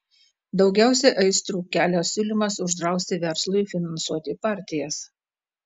daugiausiai aistrų kelia siūlymas uždrausti verslui finansuoti partijas